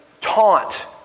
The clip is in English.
taunt